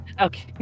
okay